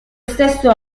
stesso